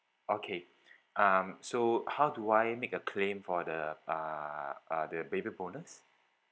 okay um so how do I make a claim for the uh uh the baby bonus